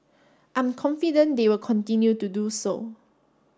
I'm confident they will continue to do so